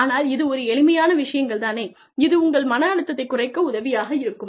ஆனால் இது ஒரு எளிமையான விஷயங்கள் தானே இது உங்கள் மன அழுத்தத்தைக் குறைக்க உதவியாக இருக்கும்